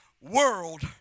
world